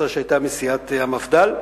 לשעבר גילה פינקלשטיין, שהיתה מסיעת המפד"ל,